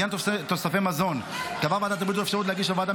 בעניין תוספי מזון קבעה ועדת הבריאות אפשרות להגיש לוועדה